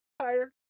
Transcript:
Higher